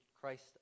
Christ